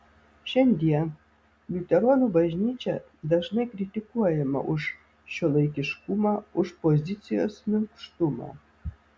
šiandien liuteronų bažnyčia dažnai kritikuojama už šiuolaikiškumą už pozicijos minkštumą